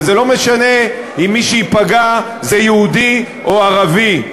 ולא משנה אם מי שייפגע הוא יהודי או ערבי.